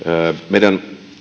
meidän